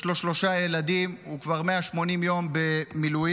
יש לו שלושה ילדים, הוא כבר 180 יום במילואים.